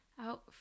out